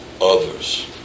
others